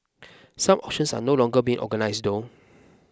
such auctions are no longer being organised though